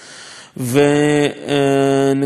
נקודה אחרונה,